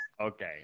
okay